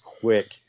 quick